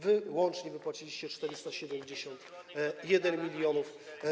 Wy łącznie wypłaciliście 471 mln.